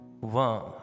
One